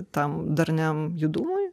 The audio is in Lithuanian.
tam darniam judumui